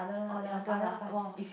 or the other lah more of